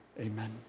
amen